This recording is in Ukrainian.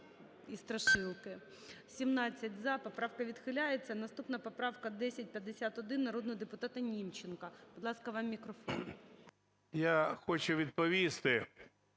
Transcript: Я хочу відповісти.